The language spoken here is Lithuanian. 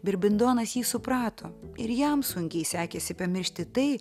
birbindonas jį suprato ir jam sunkiai sekėsi pamiršti tai